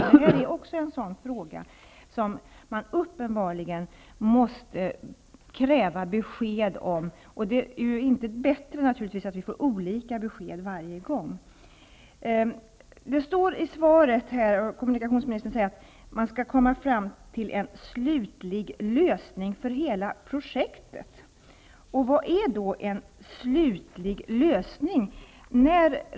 Också detta är en sådan fråga som man uppenbarligen måste kräva besked om. Det blir naturligtvis inte bättre av att vi får olika besked varje gång. Kommunikationsministern framhåller i svaret att man skall komma fram till en slutlig lösning för hela projektet. Vad är då en slutlig lösning?